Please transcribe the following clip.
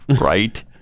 Right